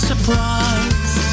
Surprise